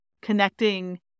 connecting